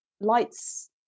lights